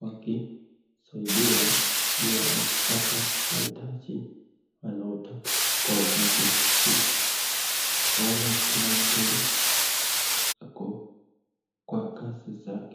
wakisaidiwa ama wakipata mahitaji wanayo taka kwa ofisi huu, naona kila mtu ako kwa kazi zake.